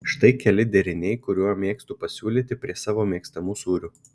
štai keli deriniai kuriuo mėgstu pasiūlyti prie savo mėgstamų sūrių